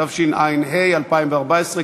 התשע"ה 2014,